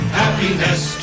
happiness